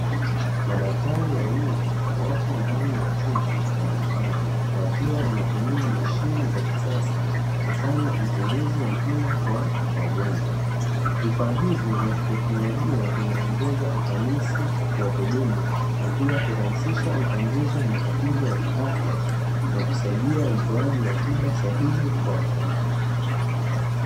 Madaktari wawili wapo ndani ya chumba cha matibabu wakiwa wanatumia mashine za kisasa kufanya uchunguzi wa kina kwa wagonjwa, vifaa hivyo waki teknolojia vinaongeza ufanisi wa huduma, na pia kurahisisha utambuzi wa matatizo ya kiafya na kusaidia utoaji wa tiba sahihi kwa wakati.